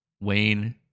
Wayne